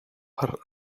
her